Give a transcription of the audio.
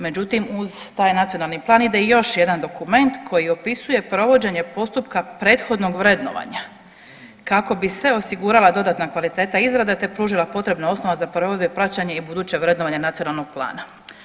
Međutim, uz taj nacionalni plan ide i još jedan dokument koji opisuje provođenje postupka prethodnog vrednovanja kako bi se osigurala dodatna kvaliteta izrade te pružila potrebna osnova za provede, praćenje i buduće vrednovanje nacionalnog plana.